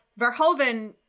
Verhoeven